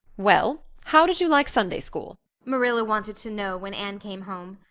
well, how did you like sunday school? marilla wanted to know when anne came home.